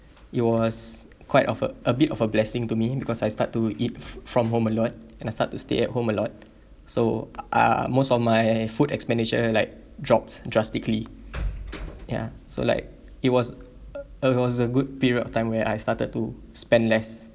it was quite of a a bit of a blessing to me because I start to eat from home a lot and I start to stay at home a lot so uh most of my food expenditure like dropped drastically ya so like it was uh it was a good period of time where I started to spend less